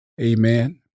amen